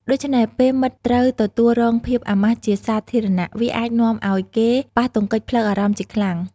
ដូច្នេះ ពេលមិត្តត្រូវទទួលរងភាពអាម៉ាស់ជាសាធារណៈ វាអាចនាំឱ្យគេប៉ះទង្គិចផ្លូវអារម្មណ៍ជាខ្លាំង។